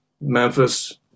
Memphis